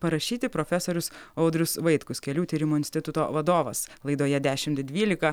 parašyti profesorius audrius vaitkus kelių tyrimų instituto vadovas laidoje dešimt dvylika